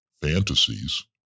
fantasies